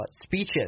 speeches